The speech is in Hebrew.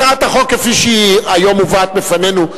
הצעת החוק כפי שהיא היום מובאת בפנינו,